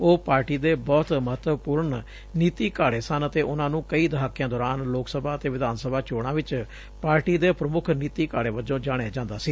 ਉਹ ਪਾਰਟੀ ਦੇ ਬਹੁਤ ਮਹੱਤਵਪੂਰਨ ਨੀਤੀ ਘਾੜੇ ਸਨ ਅਤੇ ਉਨ੍ਹਾ ਨੂੰ ਕਈ ਦਹਾਕਿਆਂ ਦੌਰਾਨ ਲੋਕ ਸਭਾ ਅਤੇ ਵਿਧਾਨ ਸਭਾ ਚੋਣਾ ਚ ਪਾਰਟੀ ਦੇ ਪ੍ਰਮੁੱਖ ਨੀਤੀ ਘਾੜੇ ਵਜੋਂ ਜਾਣਿਆ ਜਾਂਦਾ ਸੀ